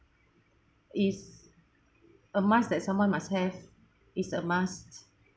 is a must that someone must have is a must